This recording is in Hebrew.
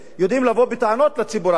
יודעים לבוא בטענות לציבור הערבי,